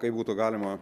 kaip būtų galima